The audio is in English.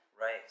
Right